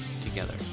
together